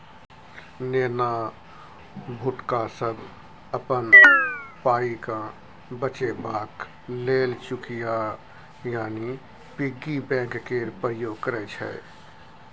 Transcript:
नेना भुटका सब अपन पाइकेँ बचेबाक लेल चुकिया यानी पिग्गी बैंक केर प्रयोग करय छै